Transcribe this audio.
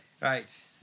Right